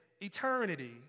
eternity